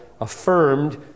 affirmed